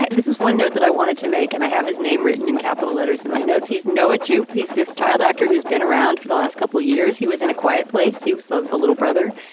and this is one note that i wanted to make. and i have his name written in capital letters, in my notes. he's noah joop. he's this child actor who's been around for the last couple of years. he was in a quiet place. he was the the little brother.